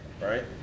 right